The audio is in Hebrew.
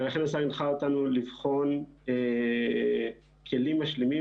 ולכן השר הנחה אותנו לבחון כלים משלימים